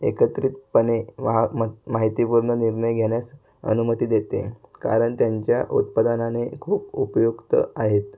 एकत्रितपणे वाहा मत् माहितीपूर्ण निर्णय घेण्यास अनुमती देते कारण त्यांच्या उत्पादनाने खूप उपयुक्त आहेत